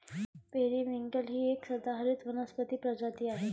periwinkle ही एक सदाहरित वनस्पती प्रजाती आहे